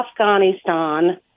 Afghanistan